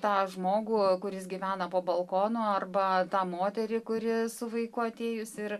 tą žmogų kuris gyvena po balkonu arba tą moterį kuri su vaiku atėjusi ir